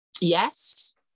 Yes